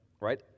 right